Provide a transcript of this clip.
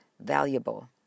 valuable